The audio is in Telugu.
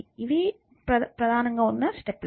ఇవి ప్రాథమిక స్టెప్ లు